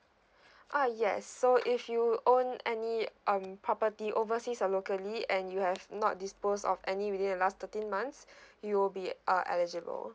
uh yes so if you own any um property overseas uh locally and you have not dispose of any within the last thirteen months you'll be err eligible